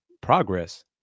Progress